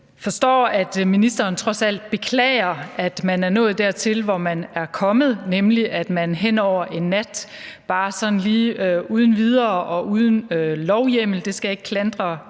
forstår, at ministeren trods alt beklager, at man er nået dertil, hvor man er nået, nemlig at man hen over en nat bare sådan lige uden videre og uden lovhjemmel – det skal jeg ikke klandre